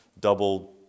double